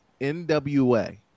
NWA